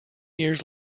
years